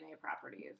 properties